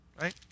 Right